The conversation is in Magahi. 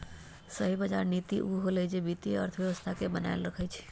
सही बजार नीति उ होअलई जे वित्तीय अर्थव्यवस्था के बनाएल रखई छई